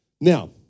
Now